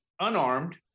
unarmed